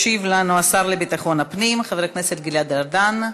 ישיב לנו השר לביטחון הפנים חבר הכנסת גלעד ארדן,